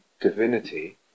divinity